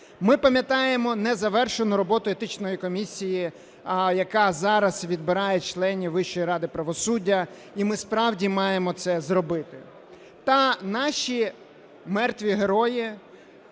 Ми пам'ятаємо незавершену роботу Етичної комісії, яка зараз відбирає членів Вищої Ради правосуддя, і ми справді маємо це зробити. Та наші мертві герої